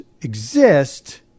exist